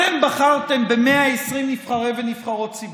אתם בחרתם ב-120 נבחרי ונבחרות ציבור,